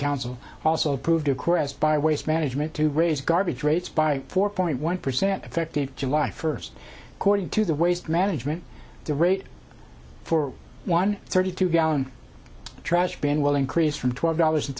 council also approved by waste management to raise garbage rates by four point one percent effective july first according to the waste management the rate for one thirty two gallon trash bin will increase from twelve dollars